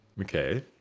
Okay